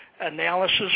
analysis